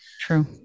True